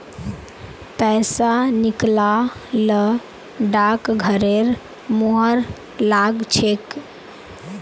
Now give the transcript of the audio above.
पैसा निकला ल डाकघरेर मुहर लाग छेक